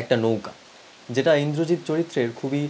একটা নৌকা যেটা ইন্দ্রজিৎ চরিত্রের খুবই